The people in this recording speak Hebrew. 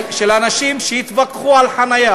של אנשים שהתווכחו על חניה.